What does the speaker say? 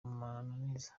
amananiza